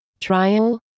trial